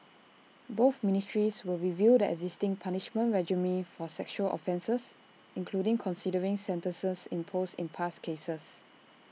both ministries will review the existing punishment regime for sexual offences including considering sentences imposed in past cases